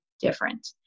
different